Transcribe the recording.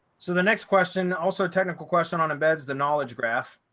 so the next question also technical question on embeds the knowledge graph.